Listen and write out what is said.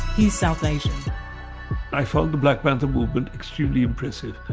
he's south asian i found the black panther movement extremely impressive.